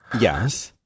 Yes